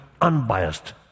unbiased